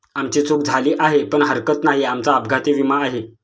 आमची चूक झाली आहे पण हरकत नाही, आमचा अपघाती विमा आहे